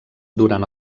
durant